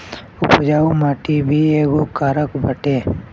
उपजाऊ माटी भी एगो कारक बाटे